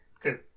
good